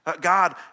God